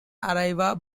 arriva